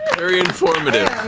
very informative.